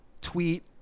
tweet